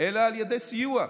אלא על ידי סיוע,